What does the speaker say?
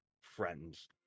friends